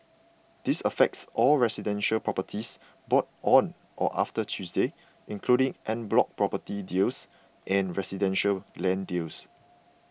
this affects all residential properties bought on or after Tuesday including en bloc property deals and residential land deals